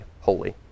holy